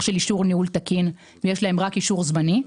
של אישור ניהול תקין ויש להן רק אישור זמני.